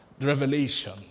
revelation